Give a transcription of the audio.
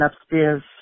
upstairs